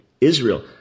Israel